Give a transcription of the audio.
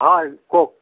হয় কওক